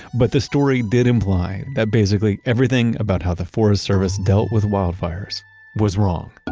but the story did imply that basically everything about how the forest service dealt with wildfires was wrong.